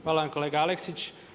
Hvala vam kolega Aleksić.